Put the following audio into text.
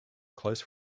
close